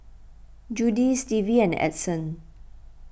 Judie Stevie and Edson